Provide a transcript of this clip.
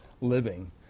living